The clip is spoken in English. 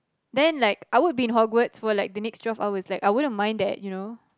then like I would be in Hogwarts for like the next twelve hours like I wouldn't have mind that you know